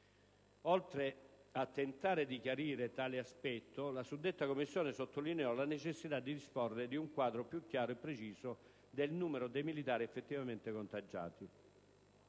Oltre a tentare di chiarire tale aspetto, la suddetta Commissione sottolineò la necessità di disporre di un quadro più chiaro e preciso del numero di militari effettivamente contagiati.